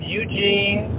Eugene